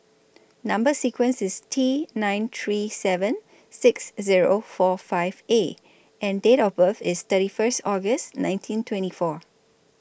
Number sequence IS T nine three seven six Zero four five A and Date of birth IS thirty First August nineteen twenty four